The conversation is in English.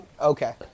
Okay